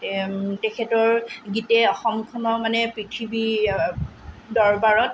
তেখেতৰ গীতে অসমখনৰ মানে পৃথিৱীৰ দৰবাৰত